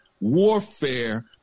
warfare